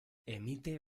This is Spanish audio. emite